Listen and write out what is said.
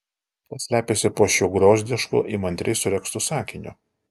kas slepiasi po šiuo griozdišku įmantriai suregztu sakiniu